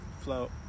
float